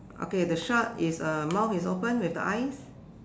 okay the shark is uh mouth is open with the eyes